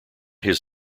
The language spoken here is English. his